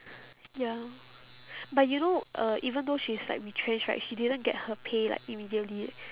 ya but you know uh even though she's like retrenched right she didn't get her pay like immediately eh